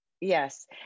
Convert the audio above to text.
yes